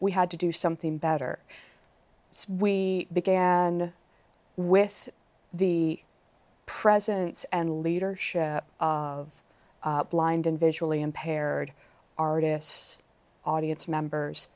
we had to do something better so we began with the presence and leadership of blind and visually impaired artists audience members